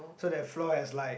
so that floor has like